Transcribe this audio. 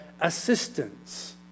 assistance